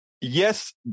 Yes